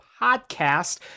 podcast